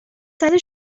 زده